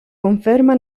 conferma